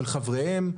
של חבריהם,